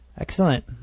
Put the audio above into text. Excellent